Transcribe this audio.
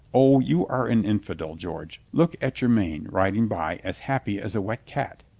o, you are an infidel, george. look at jermyn riding by as happy as a wet cat.